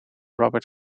robert